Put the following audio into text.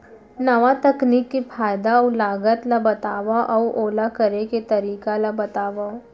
नवा तकनीक के फायदा अऊ लागत ला बतावव अऊ ओला करे के तरीका ला बतावव?